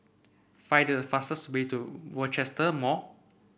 find the fastest way to Rochester Mall